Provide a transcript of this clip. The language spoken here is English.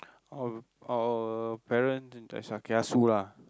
oh our parents kiasu lah